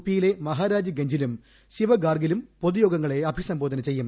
P യിലെ മഹാരാജ്ഗഞ്ചിലും ശിവ്ഗാർഗിലും പൊതുയോഗങ്ങളെ അഭിസംബോധന ചെയ്യും